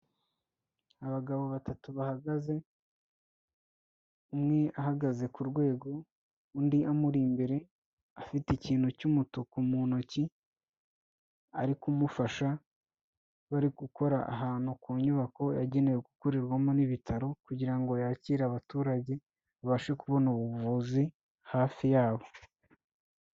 Abagabo batatu bahagaze, umwe ahagaze ku rwego undi amuri imbere afite ikintu cy'umutuku mu ntoki, ari kumufasha bari gukora ahantu ku nyubako yagenewe gukorerwamo n'ibitaro kugira ngo yakire abaturage, babashe kubona ubuvuzi hafi yabo.